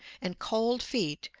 and cold feet,